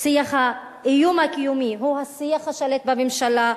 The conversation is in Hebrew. הוא השיח השולט בממשלה,